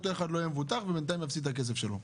אותו אחד לא יהיה מבוטח ובינתיים יפסיד את הכסף שלו.